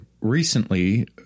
recently